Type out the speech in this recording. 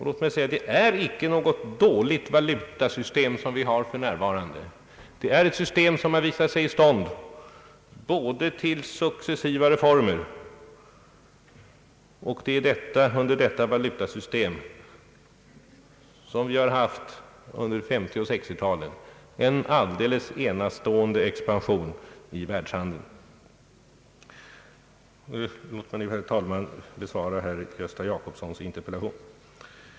Låt mig säga att det inte är något dåligt valutasystem som vi har för närvarande. Det är ett system som visat sig i stånd till successiva reformer, och det är under det valutasystemet som vi under 1950 och 1960-talen haft en enastående expansion av världshandeln. Låt mig nu, herr talman, besvara herr Gösta Jacobssons interpellation.